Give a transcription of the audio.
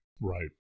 Right